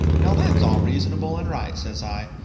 now that's all reasonable and right, says i.